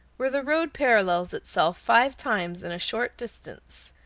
where the road parallels itself five times in a short distance,